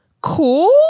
cool